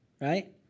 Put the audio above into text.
Right